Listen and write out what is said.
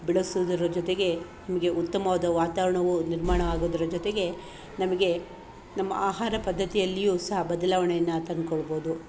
ಬೆಳಸುವುದರ ಜೊತೆಗೆ ನಮಗೆ ಉತ್ತಮವಾದ ವಾತಾವರಣವು ನಿರ್ಮಾಣವಾಗುವುದರ ಜೊತೆಗೆ ನಮಗೆ ನಮ್ಮ ಆಹಾರ ಪದ್ಧತಿಯಲ್ಲಿಯೂ ಸಹ ಬದಲಾವಣೆಯನ್ನ ತಂದುಕೊಳ್ಬೊದು